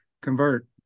convert